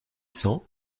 cents